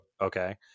okay